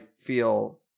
feel